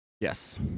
Yes